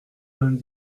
vingt